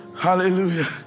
Hallelujah